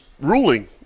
ruling